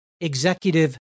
executive